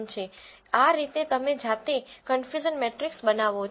આ રીતે તમે જાતે કન્ફયુઝન મેટ્રીક્સ બનાવો છો